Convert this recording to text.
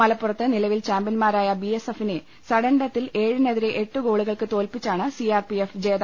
മലപ്പുറത്ത് നിലവിൽ ചാമ്പ്യന്മാരായ ബി എസ് എഫിനെ സഡൻ ഡത്തിൽ ഏഴിനെതിരെ എട്ടുഗോളുകൾക്ക് തോല്പിച്ചാണ് സി ആർ പി എഫ് ജേതാക്കളായത്